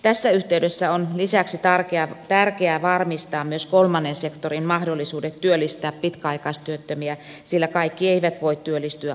tässä yhteydessä on lisäksi tärkeää varmistaa myös kolmannen sektorin mahdollisuudet työllistää pitkäaikaistyöttömiä sillä kaikki eivät voi työllistyä avoimille työmarkkinoille